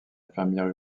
infirmière